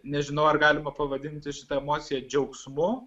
nežinau ar galima pavadinti šitą emociją džiaugsmu